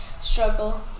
struggle